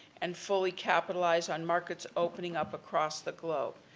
and fully capitalize on markets opening up across the globe.